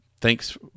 thanks